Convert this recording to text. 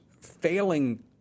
failing